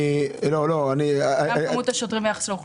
--- גם מספר השוטרים ביחס לאוכלוסייה.